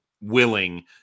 willing